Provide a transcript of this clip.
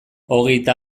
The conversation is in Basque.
hogeita